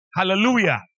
Hallelujah